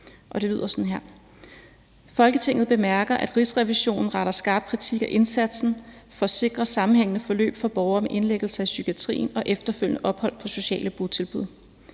»Folketinget bemærker, at Rigsrevisionen retter skarp kritik af indsatsen for at sikre sammenhængende forløb for borgere ved indlæggelser i psykiatrien og efterfølgende ophold på sociale botilbud.